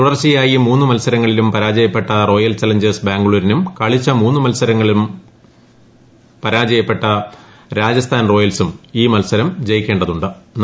തുടർച്ചയായി മൂന്ന് മത്സരങ്ങളിലും പരാജയപ്പെട്ട റോയൽ ചലഞ്ചേഴ്സ് ബാംഗ്ലൂരിനും കളിച്ച മൂന്ന് മത്സരങ്ങളിലും പരാജയപ്പെട്ട രാജസ്ഥാൻ റോയൽസിനും ഈ മത്സരം ജയിക്കേ തു ്